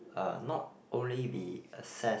uh not only be assessed